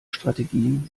strategien